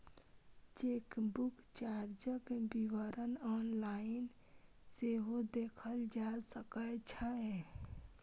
chequebook चार्जक विवरण online सेहो देखल जा सकै छै